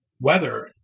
weather